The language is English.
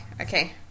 Okay